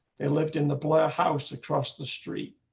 they lived in the blair house across the street.